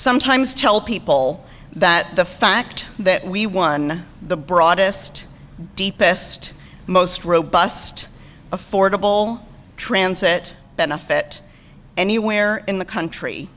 sometimes tell people that the fact that we won the broadest deepest most robust affordable transit benefit anywhere in the country